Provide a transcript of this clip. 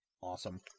Awesome